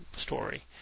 story